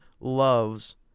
loves